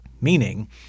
Meaning